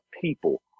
people